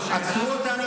עצרו אותנו.